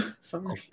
Sorry